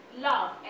love